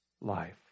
life